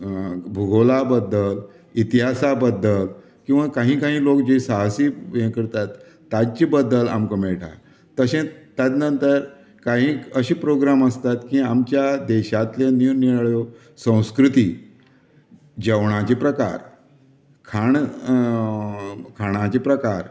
भुगोला बद्दल इतिहासा बद्दल किंवां कांही काही लोक जीं साहसी यें करतात तांचे बद्दल आमकां मेळटा तशेंत ताजे नंतर काही अशें प्रोग्राम आसता की आमच्या देशातले निरनिराळ्यो संस्कृती जेवणाचे प्रकार खाण खाणांचे प्रकार